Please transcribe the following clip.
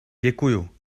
děkuju